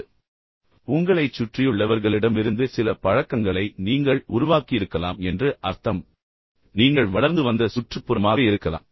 எனவே உங்களைச் சுற்றியுள்ளவர்களிடமிருந்து சில பழக்கங்களை நீங்கள் உருவாக்கியிருக்கலாம் என்று அர்த்தம் அல்லது நீங்கள் வளர்ந்து வந்த சுற்றுப்புறமாக இருக்கலாம்